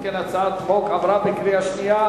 אם כן, הצעת החוק עברה בקריאה שנייה.